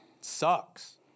Sucks